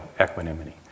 equanimity